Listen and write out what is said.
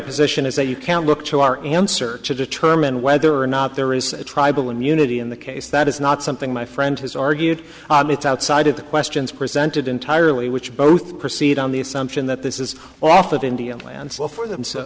position is that you can look to our in search of determine whether or not there is a tribal immunity in the case that is not something my friend has argued it's outside of the questions presented entirely which both proceed on the assumption that this is off of indian land so for them so